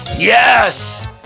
yes